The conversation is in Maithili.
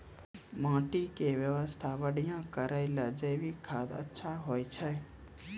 माटी के स्वास्थ्य बढ़िया करै ले जैविक खाद अच्छा होय छै?